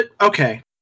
okay